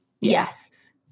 Yes